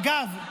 אגב,